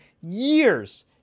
years